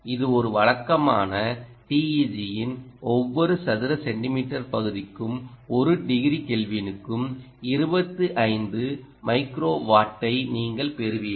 இது ஒரு வழக்கமான TEG இன் ஒவ்வொரு சதுர சென்டிமீட்டர் பகுதிக்கும் ஒரு டிகிரி கெல்வினுக்கும் 25 மைக்ரோவாட்டை நீங்கள் பெறுவீர்கள்